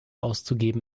auszugeben